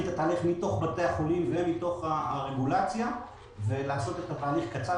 את התהליך מתוך בתי החולים ומתוך הרגולציה ולעשות את התהליך קצר.